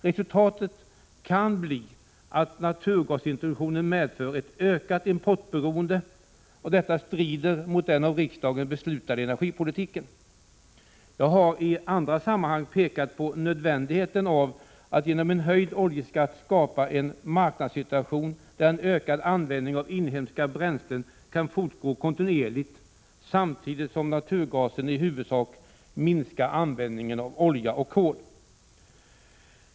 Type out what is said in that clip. Resultatet kan bli att naturgasintroduktionen medför ett ökat importberoende, och detta strider mot den av riksdagen beslutade energipolitiken. Jag har i andra sammanhang pekat på nödvändigheten av att genom en höjd oljeskatt skapa en marknadssituation där en ökad användning av inhemska bränslen kan fortgå kontinuerligt, samtidigt som naturgasen i huvudsak minskar användningen av olja och kol.